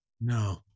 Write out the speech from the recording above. No